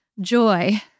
Joy